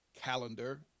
calendar